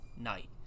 night